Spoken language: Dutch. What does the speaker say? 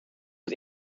het